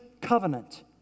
covenant